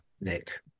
Nick